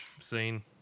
scene